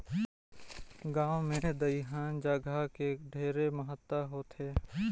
गांव मे दइहान जघा के ढेरे महत्ता होथे